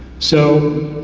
so,